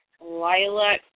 lilac